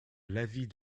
l’avis